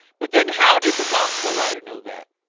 but then how did the gospel writer know that